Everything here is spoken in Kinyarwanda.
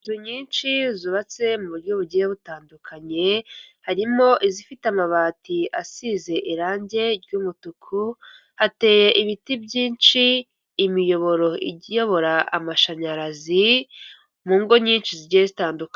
Inzu nyinshi zubatse mu buryo bugiye butandukanye, harimo izifite amabati asize irange ry'umutuku, hateye ibiti byinshi, imiyoboro iyobora amashanyarazi mu ngo nyinshi zigiye zitandukanye.